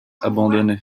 abandonné